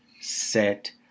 set